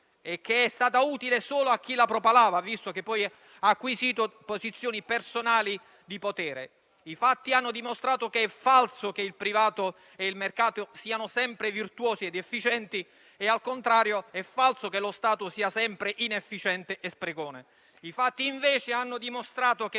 che è stata utile solo a chi la propalava, visto che poi ha acquisito posizioni personali di potere. I fatti hanno dimostrato che è falso sia che il privato e il mercato siano sempre virtuosi ed efficienti sia lo Stato sia sempre inefficiente e sprecone. I fatti hanno invece dimostrato che